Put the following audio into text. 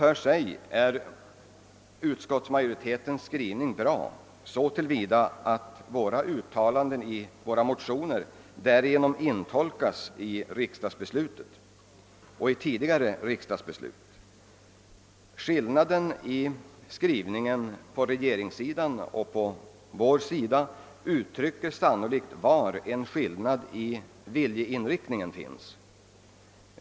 Denna utskottsmajoritetens skrivning är bra så till vida att uttalandena i våra motioner därigenom blir intolkade både i det senaste riksdagsbeslutet och i tidigare riksdagsbeslut. Skillnaden mellan skrivningen på regeringssidan och på vår sida uttrycker sannolikt var en skillnad i viljeinriktning finns.